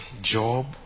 job